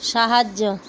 ସାହାଯ୍ୟ